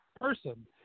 person